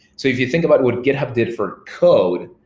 so if you think about what github did for code,